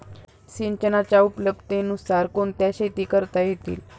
सिंचनाच्या उपलब्धतेनुसार कोणत्या शेती करता येतील?